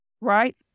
right